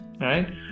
right